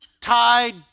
tied